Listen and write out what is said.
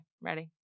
ready